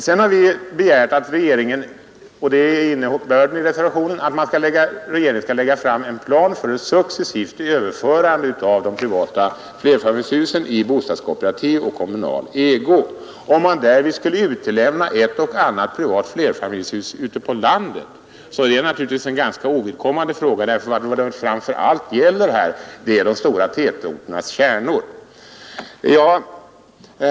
Sedan har vi begärt — det är innebörden i reservationen 2 — att regeringen skall lägga fram en plan för ett successivt överförande av de privatägda flerfamiljshusen i bostadskooperativ eller kommunal ägo. Om man därvid skulle utelämna ett eller annat privat flerfamiljshus ute på landet så är det naturligtvis en ganska ovidkommande fråga därför att vad det framför allt gäller här är de stora tätorternas kärnor.